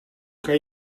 kan